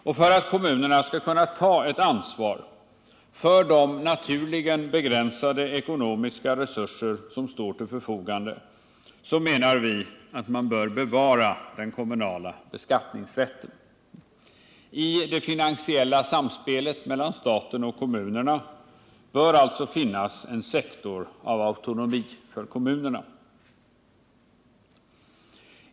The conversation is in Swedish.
Och för att kommunerna skall kunna ta ett ansvar för de naturligen begränsade ekonomiska resurser som står till förfogande, menar vi att man bör bevara den kommunala beskattningsrätten. I det finansiella samspelet mellan staten och kommunerna bör alltså finnas en sektor av autonomi för kommunerna.